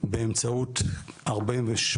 באמצעות 48